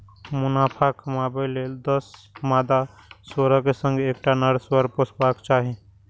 मुनाफा कमाबै लेल दस मादा सुअरक संग एकटा नर सुअर पोसबाक चाही